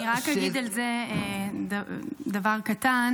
רק אגיד על זה דבר קטן.